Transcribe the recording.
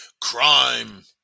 crime